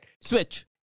Switch